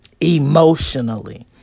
emotionally